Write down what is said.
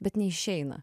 bet neišeina